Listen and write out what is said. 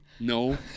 No